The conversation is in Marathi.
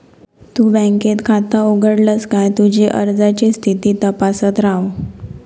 तु बँकेत खाता उघडलस काय तुझी अर्जाची स्थिती तपासत रव